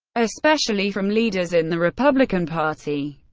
especially from leaders in the republican party.